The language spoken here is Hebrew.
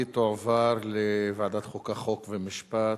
והיא תועבר לוועדת החוקה, חוק ומשפט.